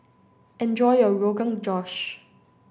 enjoy your Rogan Josh